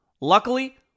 Luckily